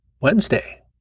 Wednesday